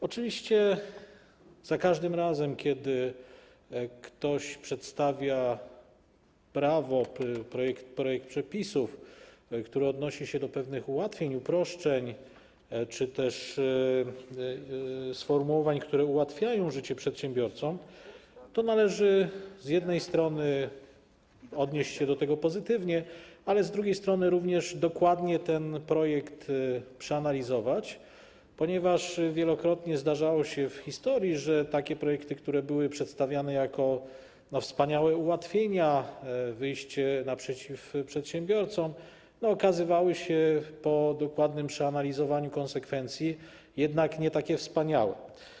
Oczywiście za każdym razem, kiedy ktoś przedstawia prawo, projekt przepisów, który odnosi się do pewnych ułatwień, uproszczeń czy też sformułowań, które ułatwiają życie przedsiębiorcom, należy z jednej strony odnieść się do tego pozytywnie, ale z drugiej strony również dokładnie ten projekt przeanalizować, ponieważ wielokrotnie zdarzało się w historii, że takie projekty, które były przedstawiane jako wspaniałe ułatwienia, wyjście naprzeciw przedsiębiorcom, okazywały się po dokładnym przeanalizowaniu konsekwencji jednak nie takie wspaniałe.